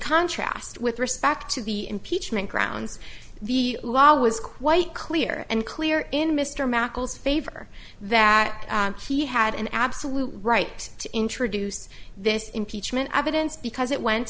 contrast with respect to the impeachment grounds the law was quite clear and clear in mr macros favor that he had an absolute right to introduce this impeachment evidence because it went